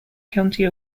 county